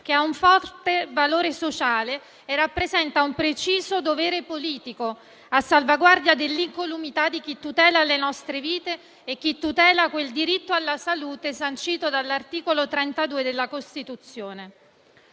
che ha un forte valore sociale e rappresenta un preciso dovere politico a salvaguardia dell'incolumità di chi tutela le nostre vite e tutela quel diritto alla salute sancito dall'articolo 32 della Costituzione.